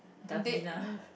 Davina